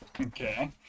Okay